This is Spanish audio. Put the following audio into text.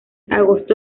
agosto